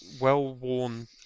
well-worn